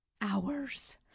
hours